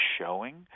showing